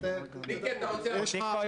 רק עם